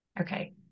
Okay